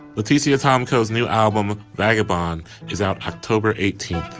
let's easy a tom cole's new album vagabond is out october eighteen